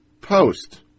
post